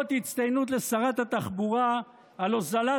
אות הצטיינות לשרת התחבורה על הוזלת